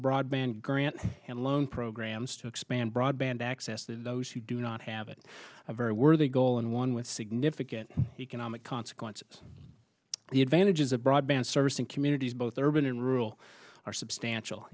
broadband grants and loan programs to expand broadband access to those who do not have it a very worthy goal and one with significant economic consequences the advantages of broadband service in communities both urban and rural are substantial